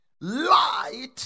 Light